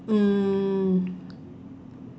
mm